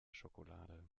schokolade